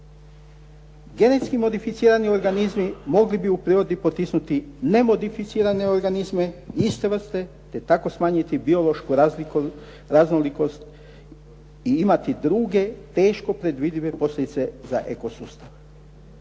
Genetski modificirani organizmi mogli bi u prirodi potisnuti nemodificirane organizme i iz Hrvatske te tako smanjiti biološku raznolikost i imati druge teško predvidive posljedice za eko sustav.